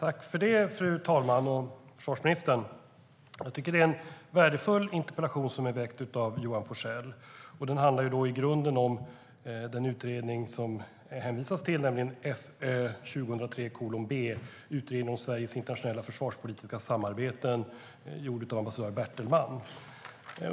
Fru talman! Jag tycker att det är en värdefull interpellation som väckts av Johan Forssell. Den handlar i grunden om den utredning det hänvisas till, nämligen Fö 2013:B. Det är en utredning om Sveriges internationella försvarspolitiska samarbeten gjord av Tomas Bertelman.